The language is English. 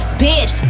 bitch